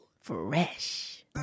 Fresh